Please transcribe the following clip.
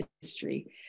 history